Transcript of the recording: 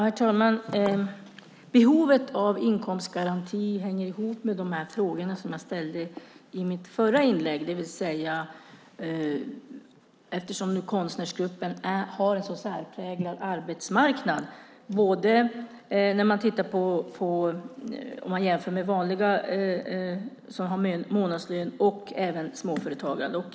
Herr talman! Behovet av inkomstgaranti hänger ihop med frågorna som jag ställde i mitt förra inlägg om konstnärsgruppen som har en så särpräglad arbetsmarknad, om man jämför med dem som har månadslön och även med småföretagare.